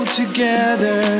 together